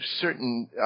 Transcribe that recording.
certain